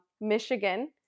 Michigan